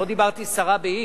לא דיברתי סרה באיש.